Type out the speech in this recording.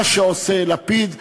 מה שעושה לפיד,